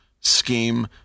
scheme